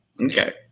Okay